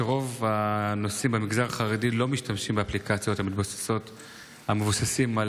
רוב הנוסעים במגזר החרדי לא משתמשים באפליקציות ומתבססים על